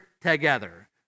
together